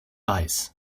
weiß